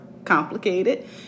complicated